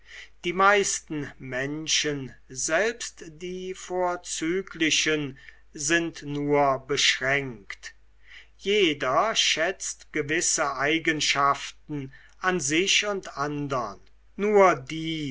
die meisten menschen selbst die vorzüglichen sind nur beschränkt jeder schätzt gewisse eigenschaften an sich und andern nur die